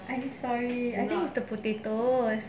I'm sorry I think is the potato as